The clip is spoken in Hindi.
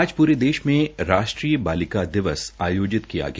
आज प्रे देश में राष्ट्रीय बालिका दिवस आयोजित किया गया